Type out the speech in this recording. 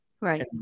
Right